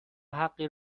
حقی